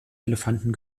elefanten